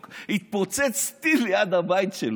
התפוצץ טיל ליד הבית שלו.